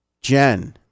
Jen